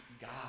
God